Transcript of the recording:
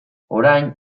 orain